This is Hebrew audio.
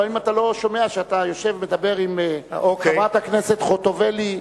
לפעמים אתה לא שומע שאתה יושב ומדבר עם חברת הכנסת חוטובלי,